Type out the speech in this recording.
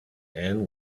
and